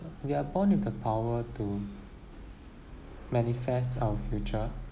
we are born with the power to manifest our future